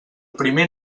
primer